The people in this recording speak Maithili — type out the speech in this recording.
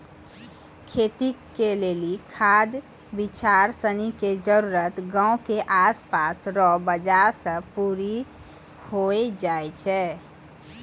खेती के लेली खाद बिड़ार सनी के जरूरी गांव के आसपास रो बाजार से पूरी होइ जाय छै